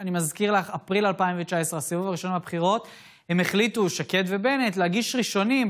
את כל המסלול שיקל עליהם,